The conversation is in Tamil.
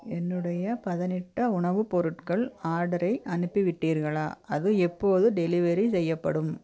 என்னுடைய பதனிட்ட உணவுப் பொருட்கள் ஆர்டரை அனுப்பிவிட்டீர்களா அது எப்போது டெலிவரி செய்யப்படும்